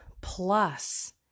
plus